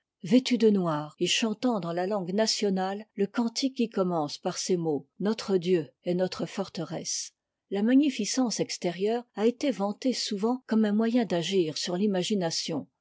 vêtus de noir et chantant dans la langue nationale le cantique qui commence par ces mots mre dieu est notre y m'mm la magnificence extérieure a été vantée souvent comme un moyen d'agir sur l'imagination